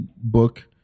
book